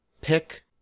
Pick